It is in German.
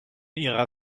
ihrer